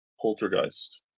Poltergeist